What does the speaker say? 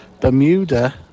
Bermuda